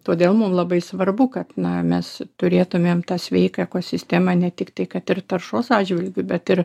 todėl mum labai svarbu kad na mes turėtumėm tą sveiką ekosistemą ne tiktai kad ir taršos atžvilgiu bet ir